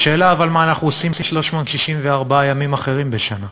השאלה, אבל, מה אנחנו עושים 364 ימים אחרים בשנה.